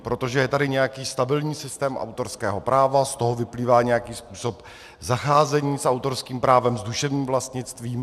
Protože je tady nějaký stabilní systém autorského práva, z toho vyplývá nějaký způsob zacházení s autorským právem, s duševním vlastnictvím.